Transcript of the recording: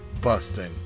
Busting